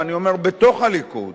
ואני אומר: בתוך הליכוד